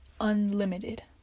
unlimited